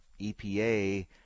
EPA